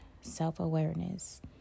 self-awareness